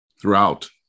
throughout